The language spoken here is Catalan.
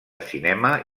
cinema